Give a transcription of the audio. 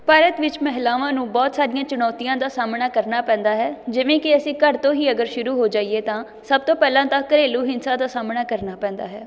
ਭਾਰਤ ਵਿੱਚ ਮਹਿਲਾਵਾਂ ਨੂੰ ਬਹੁਤ ਸਾਰੀਆਂ ਚੁਣੌਤੀਆਂ ਦਾ ਸਾਹਮਣਾ ਕਰਨਾ ਪੈਂਦਾ ਹੈ ਜਿਵੇਂ ਕਿ ਅਸੀਂ ਘਰ ਤੋਂ ਹੀ ਅਗਰ ਸ਼ੁਰੂ ਹੋ ਜਾਈਏ ਤਾਂ ਸਭ ਤੋਂ ਪਹਿਲਾਂ ਤਾਂ ਘਰੇਲੂ ਹਿੰਸਾ ਦਾ ਸਾਹਮਣਾ ਕਰਨਾ ਪੈਂਦਾ ਹੈ